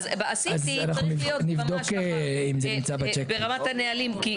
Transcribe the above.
אז עשיתי צריך להיות ברמת הנהלים,